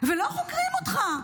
ולא חוקרים אותך.